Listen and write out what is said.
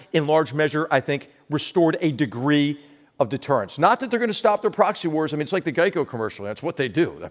in large measure, i think, restored a degree of deterrence. not that they're going to stop their proxy wars. i mean, it's like the geico commercial. yeah it's what they do.